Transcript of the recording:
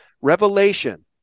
Revelation